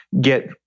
get